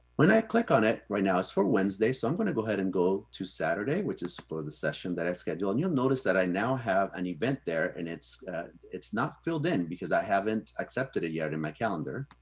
when i click on it right now, it's for wednesday. so i'm going to go ahead and go to saturday, which is for the session that i schedule, and you'll notice that i now have an event there, and it's it's not filled in because i haven't accepted it yet in my calendar.